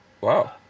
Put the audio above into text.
Wow